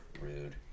Rude